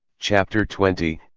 chapter twenty,